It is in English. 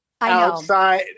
outside